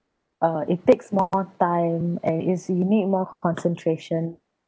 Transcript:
uh it takes more time and it's you need more concentration